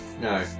No